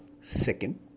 second